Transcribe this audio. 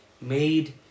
made